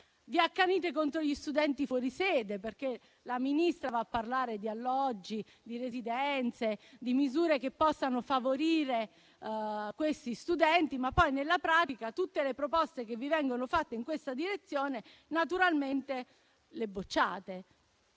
difficoltà, come gli studenti fuori sede, perché la Ministra va a parlare di alloggi, di residenze e di misure che possano favorirli, ma poi nella pratica tutte le proposte che vi vengono fatte in questa direzione naturalmente le bocciate.